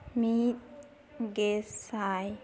ᱢᱤᱫ ᱜᱮᱥᱟᱭ